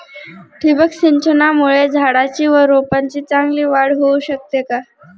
ठिबक सिंचनामुळे झाडाची व रोपांची चांगली वाढ होऊ शकते का?